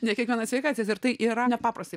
ne kiekvienas sveikasis ir tai yra nepaprastai